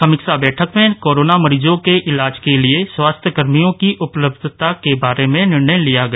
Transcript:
समीक्षा बैठक में कोरोना मरीजों के इलाज के लिए स्वास्थ्य कर्मियों की उपलब्धता के बारे में निर्णय लिया गया